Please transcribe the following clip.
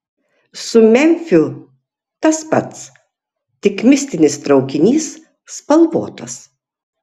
su memfiu tas pats tik mistinis traukinys spalvotas